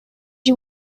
you